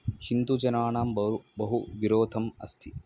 हिन्दुजनानां बउ बहु विरोधम् अस्ति